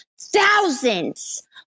thousands